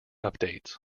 updates